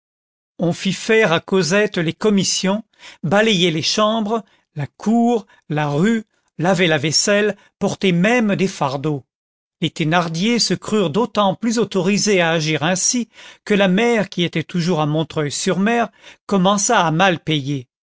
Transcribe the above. on fit faire à cosette les commissions balayer les chambres la cour la rue laver la vaisselle porter même des fardeaux les thénardier se crurent d'autant plus autorisés à agir ainsi que la mère qui était toujours à montreuil sur mer commença à mal payer